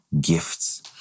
gifts